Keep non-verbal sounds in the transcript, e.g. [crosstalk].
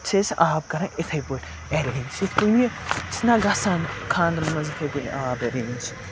چھِ أسۍ آب کَران یِتھَے پٲٹھۍ اٮ۪رینٛج [unintelligible] یہِ چھِنہ گژھان خانٛدرَن مںٛز یِتھَے کَنۍ آب اٮ۪رینٛج